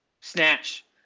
snatch